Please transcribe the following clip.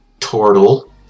tortle